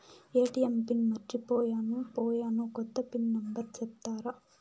ATM pin మర్చిపోయాను పోయాను, కొత్త పిన్ నెంబర్ సెప్తారా?